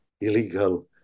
illegal